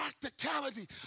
practicality